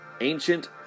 ancient